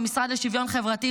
במשרד לשוויון חברתי,